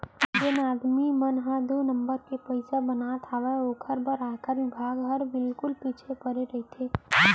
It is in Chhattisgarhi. जेन आदमी मन ह दू नंबर के पइसा बनात हावय ओकर बर आयकर बिभाग हर बिल्कुल पीछू परे रइथे